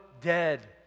dead